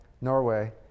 Norway